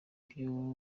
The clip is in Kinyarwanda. byo